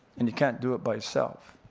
and you can't do it by yourself.